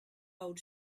old